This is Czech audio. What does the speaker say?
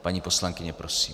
Paní poslankyně, prosím.